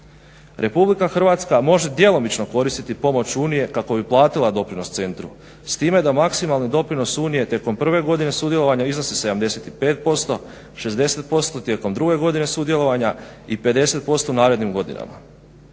eura. RH može djelomično koristiti pomoć Unije kako bi platila doprinos centru s time da maksimalni doprinos Unije tijekom prve godine sudjelovanja iznosi 75%, 60% tijekom druge godine sudjelovanja i 50% u narednim godinama.